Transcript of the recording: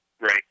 Right